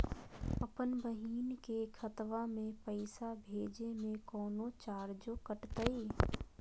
अपन बहिन के खतवा में पैसा भेजे में कौनो चार्जो कटतई?